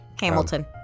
Hamilton